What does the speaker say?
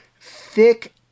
Thick